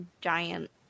giant